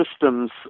Systems